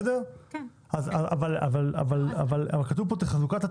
אבל כתוב פה תחזוקה,